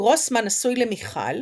גרוסמן נשוי למיכל